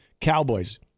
Cowboys